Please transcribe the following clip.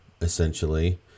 essentially